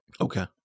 Okay